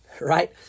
right